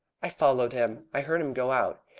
i followed him. i heard him go out.